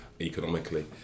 economically